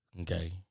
Okay